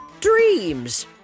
Dreams